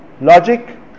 Logic